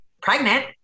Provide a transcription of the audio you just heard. pregnant